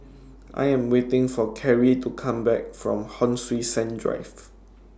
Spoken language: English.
I Am waiting For Kerry to Come Back from Hon Sui Sen Drive